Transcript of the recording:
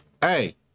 Hey